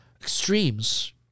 extremes